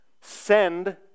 send